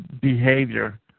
behavior